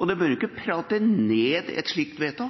Da bør en ikke prate